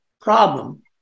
problem